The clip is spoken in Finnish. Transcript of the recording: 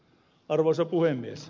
arvoisa puhemies